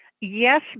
Yes